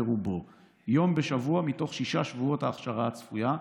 יום בשבוע מתוך שישה שבועות ההכשרה הצפויה,